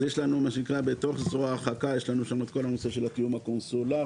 יש לנו בתוך זרוע ההרחקה יש את כל הנושא של התיאום הקונסולרי,